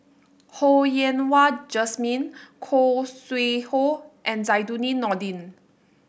Ho Yen Wah Jesmine Khoo Sui Hoe and Zainudin Nordin